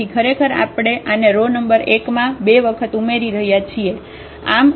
તેથી ખરેખર આપણે આને રો નંબર 1 માં બે વખત ઉમેરી રહ્યા છીએ